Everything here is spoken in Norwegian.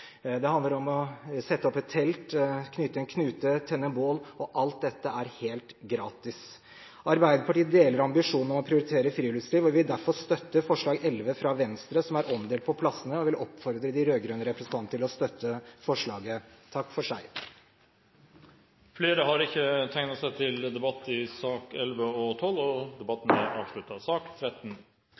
Det handler om å sette opp et telt, knyte en knute, tenne bål. Alt dette er helt gratis. Arbeiderpartiet deler ambisjonen om å prioritere friluftsliv og vil derfor støtte forslag nr. 11 fra Venstre, som er omdelt på plassene, og jeg vil oppfordre de rød-grønne representantene til å støtte forslaget. Flere har ikke bedt om ordet til sakene nr. 11 og 12. Etter ønske fra helse- og